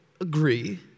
agree